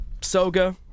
soga